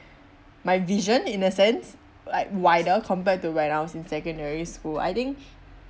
my vision in a sense like wider compared to when I was in secondary school I think